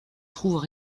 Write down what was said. trouvent